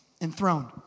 enthroned